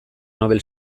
nobel